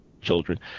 children